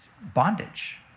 bondage